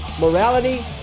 morality